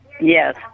Yes